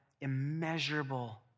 immeasurable